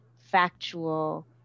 factual